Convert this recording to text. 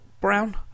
Brown